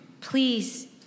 Please